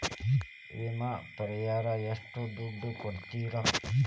ವಿಮೆ ಪರಿಹಾರ ಎಷ್ಟ ದುಡ್ಡ ಕೊಡ್ತಾರ?